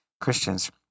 Christians